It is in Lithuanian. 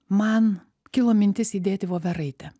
man kilo mintis įdėti voveraitę